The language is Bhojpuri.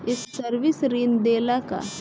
ये सर्विस ऋण देला का?